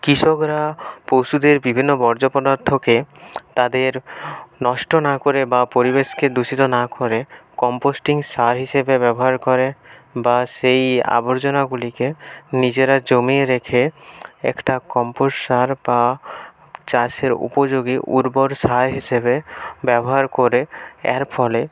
কৃষকরা পশুদের বিভিন্ন বর্জ্য পদার্থকে তাদের নষ্ট না করে বা পরিবেশকে দূষিত না করে কম্পোস্টিং সার হিসেবে ব্যবহার করে বা সেই আবর্জনাগুলিকে নিজেরা জমিয়ে রেখে একটা কম্পোস্ট সার বা চাষের উপযোগী উর্বর সার হিসেবে ব্যবহার করে এর ফলে